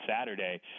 Saturday